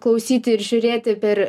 klausyti ir žiūrėti per